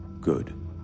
Good